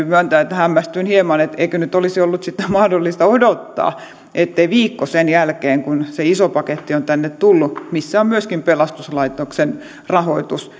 myöntää että hämmästyin hieman eikö nyt olisi ollut mahdollista odottaa niin ettei viikko sen jälkeen kun se iso paketti on tänne tullut missä on myöskin pelastuslaitoksen rahoitus